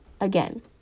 Again